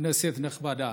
כנסת נכבדה,